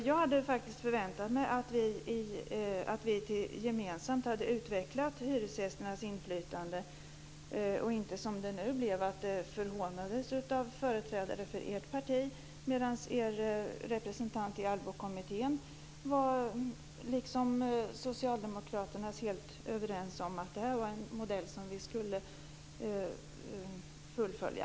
Jag hade faktiskt förväntat mig att vi gemensamt skulle utveckla hyresgästernas inflytande och inte, som det nu blev, att det förhånades av företrädare för ert parti, medan er representant i Allbokommittén liksom Socialdemokraterna var helt överens om att det här var en modell som vi skulle fullfölja.